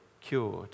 cured